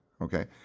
Okay